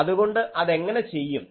അതുകൊണ്ട് അത് എങ്ങനെ ചെയ്യും